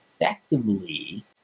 effectively